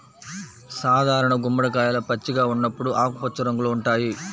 సాధారణ గుమ్మడికాయలు పచ్చిగా ఉన్నప్పుడు ఆకుపచ్చ రంగులో ఉంటాయి